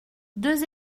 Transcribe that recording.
deux